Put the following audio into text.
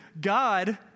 God